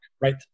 right